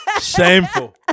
Shameful